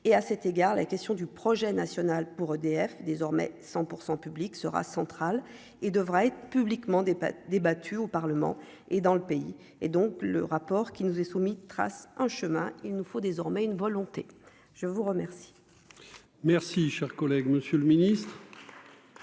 et à cet égard la question du projet national pour EDF, désormais 100 % public sera centrale et devra être publiquement des pâtes débattu au Parlement et dans le pays et donc le rapport qui nous est soumis, trace un chemin, il nous faut désormais une volonté, je vous remercie. Merci, cher collègue, Monsieur le Ministre.